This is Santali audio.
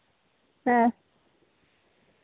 ᱦᱮᱸ